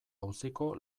auziko